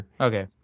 Okay